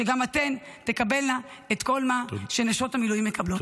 שגם אתן תקבלנה את כל מה שנשות המילואים מקבלות.